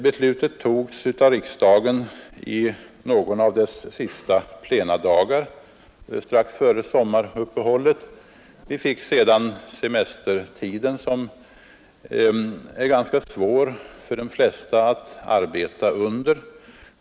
Beslutet fattades av riksdagen under någon av dess sista plenidagar strax före sommaruppehållet. Sedan kom semestertiden, då det är ganska svårt för de flesta att få fram arbetsuppgifterna.